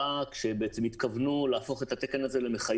אם התקן מתעדכן,